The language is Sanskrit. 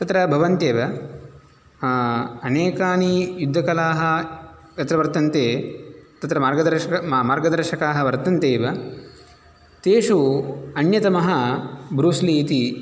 तत्र भवन्त्येव अनेकानि युद्धकलाः तत्र वर्तन्ते तत्र मार्गदर्शक मार्गदर्शकाः वर्तन्ते एव तेषु अन्यतमः ब्रूस्लि इति